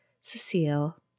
Cecile